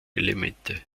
elemente